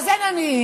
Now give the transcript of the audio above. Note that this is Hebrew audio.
אז אין עניים.